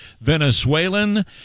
Venezuelan